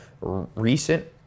recent